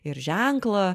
ir ženklą